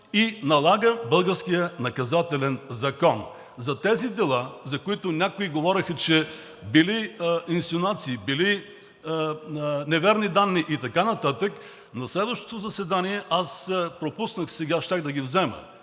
и налага българския наказателен закон. Тези дела, за които някои говореха, че били инсинуации, били неверни данни и така нататък, на следващото заседание – аз ги пропуснах сега, щях да ги взема,